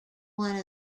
one